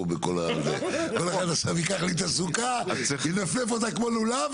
כמו הנציגה שידברה כאן,